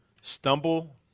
stumble